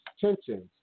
tensions